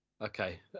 Okay